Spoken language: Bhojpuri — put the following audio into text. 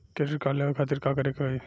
क्रेडिट कार्ड लेवे खातिर का करे के होई?